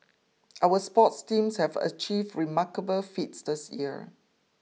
our sports teams have achieved remarkable feats this year